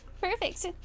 perfect